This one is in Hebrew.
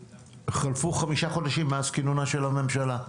חלפו חמישה חודשים מאז כינונה של הממשלה.